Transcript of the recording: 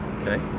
Okay